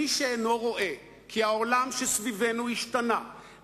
מי שאינו רואה כי העולם שסביבנו השתנה,